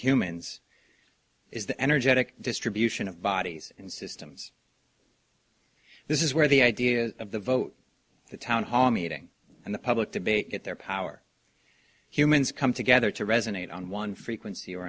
humans is the energetic distribution of bodies in systems this is where the ideas of the vote the town hall meeting and the public debate get their power humans come together to resonate on one frequency or